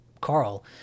Carl